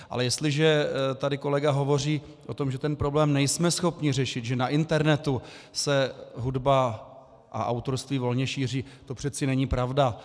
Ale jestliže tady kolega hovoří o tom, že ten problém nejsme schopni řešit, že na internetu se hudba a autorství volně šíří, to přece není pravda.